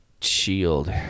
shield